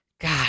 God